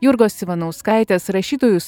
jurgos ivanauskaitės rašytojus